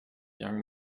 young